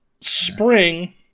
spring